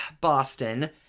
Boston